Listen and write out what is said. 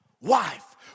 wife